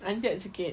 anjat sikit